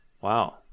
Wow